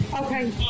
Okay